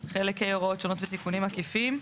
חלק הוראות שונות ותיקונים עקיפים.